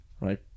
right